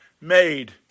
made